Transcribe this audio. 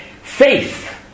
faith